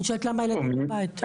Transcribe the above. אדוני השר,